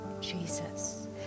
Jesus